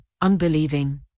unbelieving